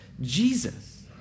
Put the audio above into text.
Jesus